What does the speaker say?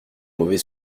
mauvais